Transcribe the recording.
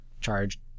charge